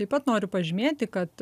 taip pat noriu pažymėti kad